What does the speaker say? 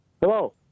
Hello